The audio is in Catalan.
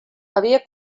havia